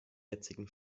jetzigen